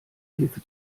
hilfe